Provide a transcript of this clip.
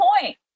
point